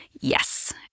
Yes